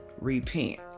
repent